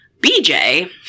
BJ